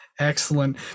Excellent